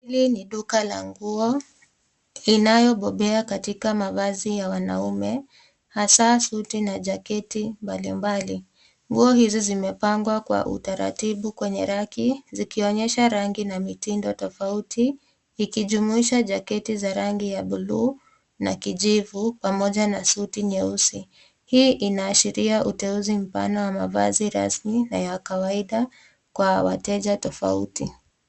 Hili ni duka la nguo inayo bobea katika mavazi ya wanaume, haswa suti na jaketi mbalimbali. Nguo hizi zimepangwa kwa utaratibu kwenye raki, zikionyesha rangi na mitindo tofauti ikijumuisha jaketi za rangi ya buluu na kijivu, pamoja na suti nyeusi. Hii inaashiria uteuzi mpana wa mavazi rasmi na ya kawaida kwa wateja tofauti.